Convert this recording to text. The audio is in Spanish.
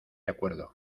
acuerdo